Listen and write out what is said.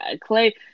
Clay